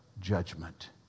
judgment